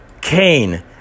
Cain